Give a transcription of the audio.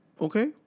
Okay